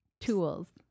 tools